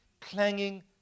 clanging